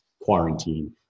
quarantine